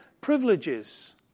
privileges